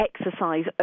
exercise